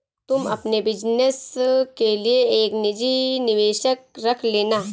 तुम अपने बिज़नस के लिए एक निजी निवेशक रख लेना